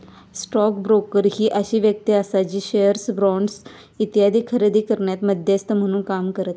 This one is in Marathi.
स्टॉक ब्रोकर ही अशी व्यक्ती आसा जी शेअर्स, बॉण्ड्स इत्यादी खरेदी करण्यात मध्यस्थ म्हणून काम करता